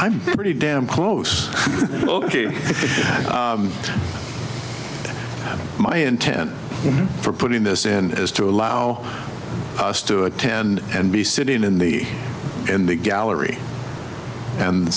i'm pretty damn close to my intent for putting this in is to allow us to attend and be sitting in the in the gallery and